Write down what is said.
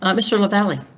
um mr. um lavalley.